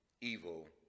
evil